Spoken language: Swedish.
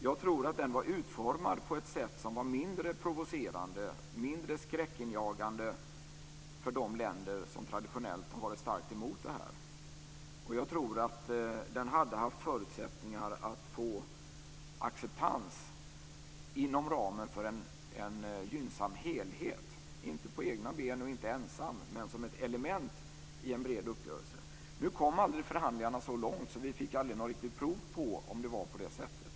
Jag tror att det var utformat på ett sätt som var mindre provocerande och mindre skräckinjagande för de länder som traditionellt har varit starkt emot det här. Jag tror att det hade haft förutsättningar att få acceptans inom ramen för en gynnsam helhet, inte på egna ben och inte ensam, men som ett element i en bred uppgörelse. Nu kom förhandlingarna aldrig så långt att vi fick något riktigt prov på om det var på det sättet.